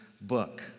book